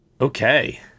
Okay